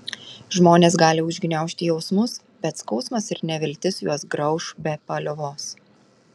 žmonės gali užgniaužti jausmus bet skausmas ir neviltis juos grauš be paliovos